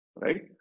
right